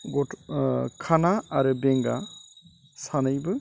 खाना आरो बेंगा सानैबो